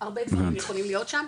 הרבה דברים יכולים להיות שם,